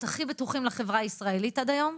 הכי בטוחים לחברה הישראלית עד היום,